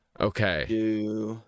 Okay